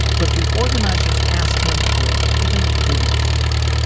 but the organizers asked him for an even bigger favor